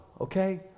okay